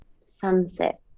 Sunset